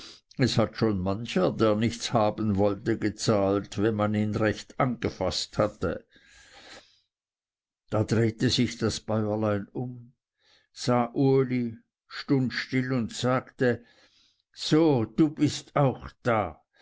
es hat schon mancher der nichts haben wollte gezahlt wenn man ihn recht angefaßt hat da drehte sich das bäuerlein um sah uli stund still und sagte so du bist auch da